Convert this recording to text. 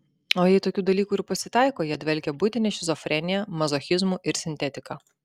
o jei tokių dalykų ir pasitaiko jie dvelkia buitine šizofrenija mazochizmu ir sintetika